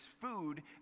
food